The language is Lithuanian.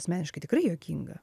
asmeniškai tikrai juokinga